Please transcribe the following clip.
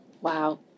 Wow